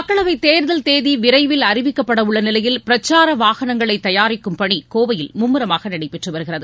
மக்களவை தேர்தல் தேதி விரைவில் அறிவிக்கப்பட உள்ள நிலையில் பிரச்சார வாகனங்களை தயாரிக்கும் பணி கோவையில் மும்முரமாக நடைபெற்றுவருகிறது